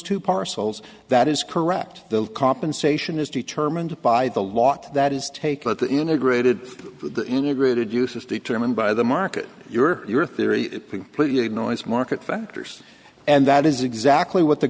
two parcels that is correct the compensation is determined by the lot that is take that the integrated the integrated use is determined by the market your theory pimply noise market factors and that is exactly what the